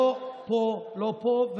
לא פה,